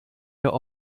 der